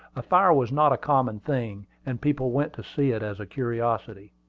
a fire was not a common thing, and people went to see it as a curiosity.